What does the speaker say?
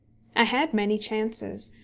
i had many chances.